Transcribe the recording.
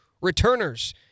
returners